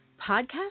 Podcast